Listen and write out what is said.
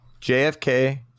JFK